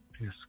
Yes